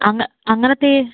അങ്ങ് അങ്ങനത്തെ